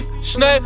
schnell